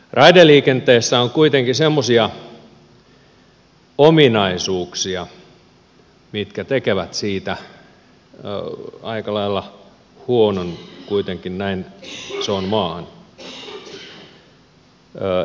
raideliikenteessä on kuitenkin semmoisia ominaisuuksia mitkä tekevät siitä kuitenkin aika lailla huonon näin isoon maahan